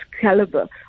caliber